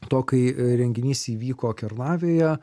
to kai renginys įvyko kernavėje